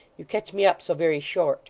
you catch me up so very short